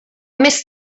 més